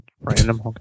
random